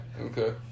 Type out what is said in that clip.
Okay